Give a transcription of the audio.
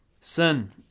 Sin